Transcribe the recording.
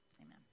Amen